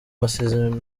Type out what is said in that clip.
masezerano